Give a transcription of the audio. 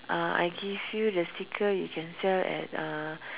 uh I give you the sticker you can sell at uh